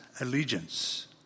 allegiance